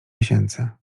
miesięcy